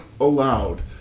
allowed